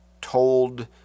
told